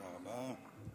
תודה רבה.